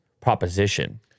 proposition